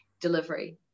delivery